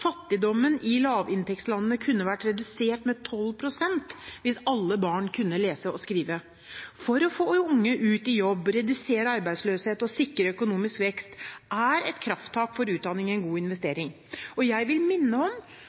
Fattigdommen i lavinntektslandene kunne vært redusert med 12 pst. hvis alle barn kunne lese og skrive. For å få unge ut i jobb, redusere arbeidsløshet og sikre økonomisk vekst er et krafttak for utdanning en god investering. Jeg vil minne om